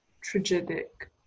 tragic